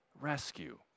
rescue